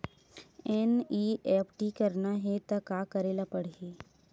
NEFT करना हे त का करे ल पड़हि?